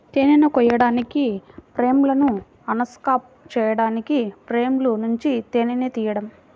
తేనెను కోయడానికి, ఫ్రేమ్లను అన్క్యాప్ చేయడానికి ఫ్రేమ్ల నుండి తేనెను తీయడం